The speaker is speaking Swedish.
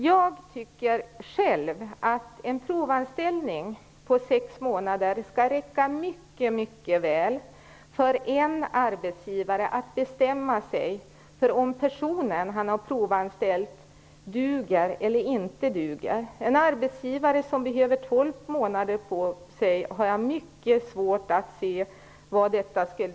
Själv tycker jag att en provanställning på sex månader borde räcka mycket väl för en arbetsgivare att bestämma sig om den person som han har provanställt duger eller inte duger. Jag har mycket svårt att se att en arbetsgivare skulle behöva tolv månader för att kunna bestämma sig.